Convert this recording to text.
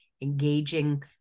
engaging